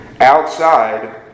outside